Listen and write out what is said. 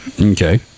Okay